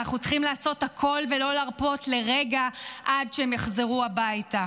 ואנחנו צריכים לעשות הכול ולא להרפות לרגע עד שהם יחזרו הביתה.